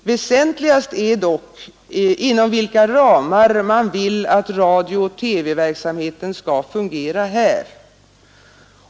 Väsentligast är dock inom vilka ramar man vill att radiooch TV-verksamheten skall fungera här.